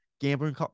Gambling